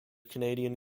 canadian